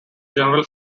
general